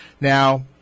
Now